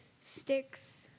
sticks